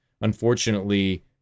Unfortunately